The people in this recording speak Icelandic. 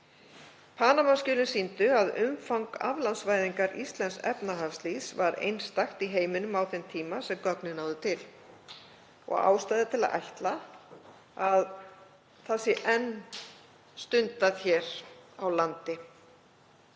Panama-skjölin sýndu að umfang aflandsvæðingar íslensks efnahagslífs var einstakt í heiminum á þeim tíma sem gögnin náðu til. Ástæða er til að ætla að það sé enn stundað hér á landi.